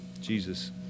Jesus